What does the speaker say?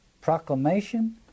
proclamation